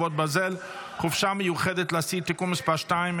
חרבות ברזל) (חופשה מיוחדת לאסיר) (תיקון מס' 2),